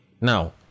now